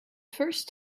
first